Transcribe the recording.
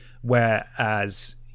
whereas